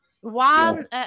one